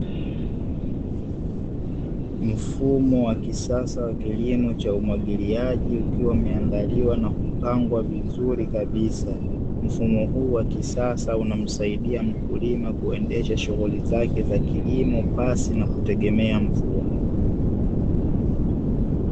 Mfumo wa kisasa, kilimo cha umwagiliaji, ukiwa umeandaliwa na kupangwa vizuri kabisa, mfumo huu wa kisasa unamsaidia mkulima kuendesha shughuli zake za kilimo, pasi na kutegemea mvua.